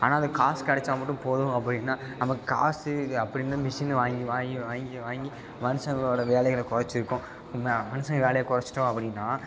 ஆனால் அதுக்கு காசு கிடச்சா மட்டும் போதும் அப்படின்னா நமக்கு காசு அப்படின்னு மிஷின் வாங்கி வாங்கி வாங்கி வாங்கி மனுஷங்களோட வேலைகளை கொறைச்சிருக்கோம் உண்மையாக மனுஷங்க வேலையை கொறைச்சிட்டோம் அப்படின்னா